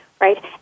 right